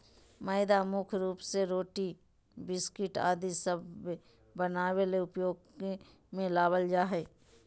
मैदा मुख्य रूप से रोटी, बिस्किट आदि सब बनावे ले उपयोग मे लावल जा हय